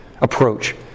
approach